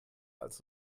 als